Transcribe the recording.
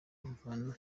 imvano